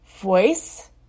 voice